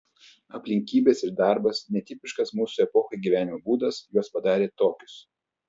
aplinkybės ir darbas netipiškas mūsų epochai gyvenimo būdas juos padarė tokius